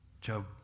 Joe